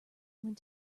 went